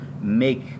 make